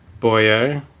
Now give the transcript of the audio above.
Boyo